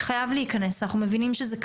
אנחנו מבינים שזה קריטי.